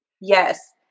Yes